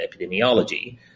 epidemiology